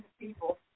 people